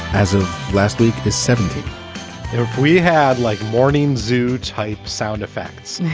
as of last week, the seventeen we had like morning zoo type sound effects.